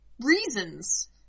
reasons